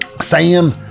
Sam